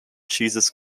jesus